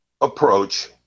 approach